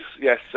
yes